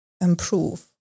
improve